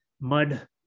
mud